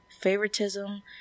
favoritism